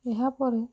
ଏହା ପରେ